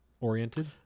oriented